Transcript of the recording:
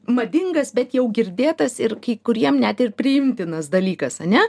madingas bet jau girdėtas ir kai kuriem net ir priimtinas dalykas ane